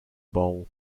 bowl